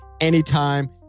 anytime